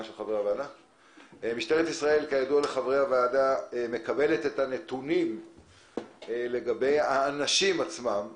משטרת ישראל מקבלת ממשרד הבריאות את הנתונים לגבי האנשים עצמם.